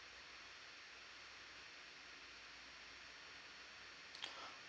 oh